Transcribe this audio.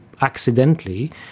accidentally